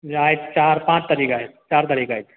म्हणजे आयज चार पांच तारीक आयज चार तारीक आयज